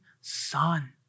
son